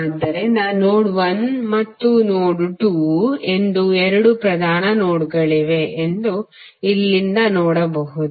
ಆದ್ದರಿಂದ ನೋಡ್ 1 ಮತ್ತು ನೋಡ್ 2 ಎಂದು ಎರಡು ಪ್ರಧಾನ ನೋಡ್ಗಳಿವೆ ಎಂದು ಇಲ್ಲಿಂದ ನೋಡಬಹುದು